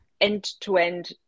end-to-end